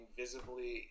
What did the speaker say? visibly